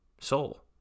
soul